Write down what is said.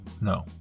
no